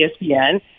ESPN